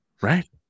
Right